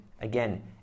again